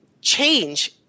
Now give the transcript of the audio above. change